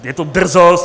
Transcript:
Je to drzost!